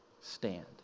stand